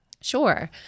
Sure